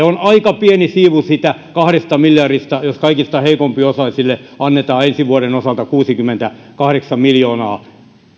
on aika pieni siivu siitä kahdesta miljardista jos kaikista heikompiosaisille annetaan ensi vuoden osalta kuusikymmentäkahdeksan miljoonaa